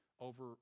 over